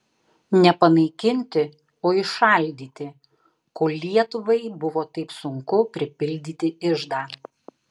ne panaikinti o įšaldyti kol lietuvai buvo taip sunku pripildyti iždą